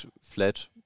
flat